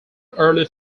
early